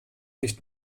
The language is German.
nicht